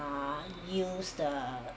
ah use the